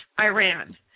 Iran